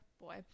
boy